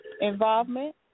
involvement